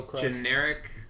generic